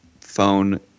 phone